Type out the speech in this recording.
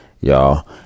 y'all